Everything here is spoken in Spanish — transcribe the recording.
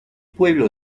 pueblo